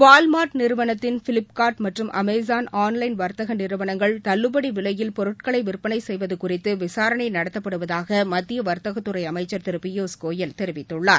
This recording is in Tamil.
வாவ்மார்ட் நிறுவனத்தின் ஃபிலிப்கார்ட் மற்றும் அமேசான் அஆன்வைள் வர்த்தகநிறுவனங்கள் தள்ளுபடவிலையில் பொருட்களைவிற்பனைசெய்வதுகுறித்துவிசாரணைநடத்தப்படுவதாகமத்தியவர்த்தகத்துறைஅமைச்சர் திருபியூஷ் கோயல் தெரிவித்துள்ளார்